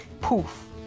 poof